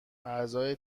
اعضای